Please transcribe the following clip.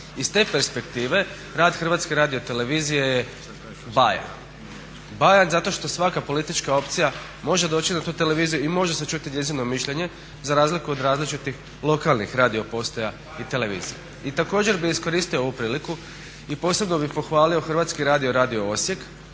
Iz te perspektive rad HRT-a je bajan, bajan zato što svaka politička opcija može doći na tu televiziju i može se čuti njezino mišljenje za razliku od različitih lokalnih radiopostaja i televizija. I također bih iskoristio ovu priliku i posebno bih pohvalio Hrvatski radio-Radio Osijek